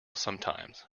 sometimes